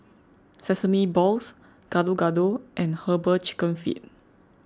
Sesame Balls Gado Gado and Herbal Chicken Feet